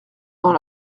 dans